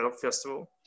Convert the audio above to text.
Festival